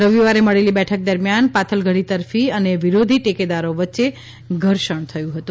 રવિવારે મળેલી બેઠક દરમિયાન પાથલગઢી તરફી અને વિરોધી ટેકેદારો વચ્ચે દર્ષણ થયું હતું